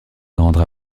rendra